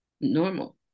normal